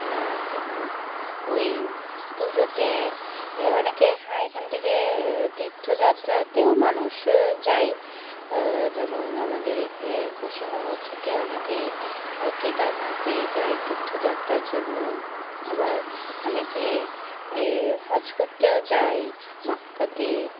আর কি বলবো ওই পুজোতে অনেকে হ্যাঁ এখান থেকে তীর্থযাত্রাতেও মানুষ যায় যেমন আমাদের পশ্চিমবঙ্গ থেকে অনেকে কেদারনাথে যাই তীর্থযাত্রার জন্য আবার অনেকে হজ করতেও যাই মাক্কাতে